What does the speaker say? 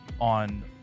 on